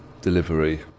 delivery